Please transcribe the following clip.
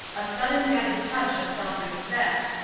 a sudden added touch of self-respect.